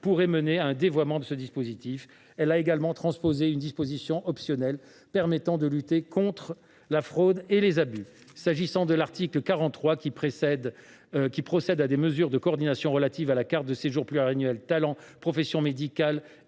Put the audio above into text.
pourrait mener à un dévoiement de ce dispositif. Elle a également transposé une disposition optionnelle permettant de lutter contre la fraude et les abus. Quant à l’article 43, qui procède à des mesures de coordination relatives à la carte de séjour pluriannuelle Talent – profession médicale